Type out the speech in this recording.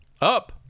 Up